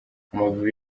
amavubi